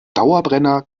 dauerbrenner